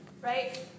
Right